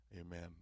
Amen